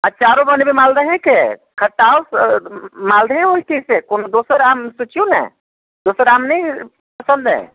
अचारो बनेबै मालदहेके खटौस मालदहे होइत छै से कोनो दोसर आम सोचिऔ ने दोसर आम नहि पसन्द अइ